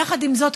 יחד עם זאת,